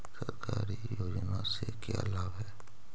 सरकारी योजना से का लाभ है?